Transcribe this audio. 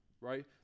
right